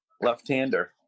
left-hander